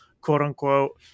quote-unquote